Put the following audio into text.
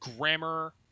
grammar